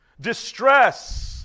distress